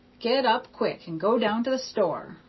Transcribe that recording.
get up quick and go down to the store